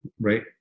right